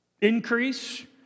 Increase